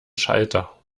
schalter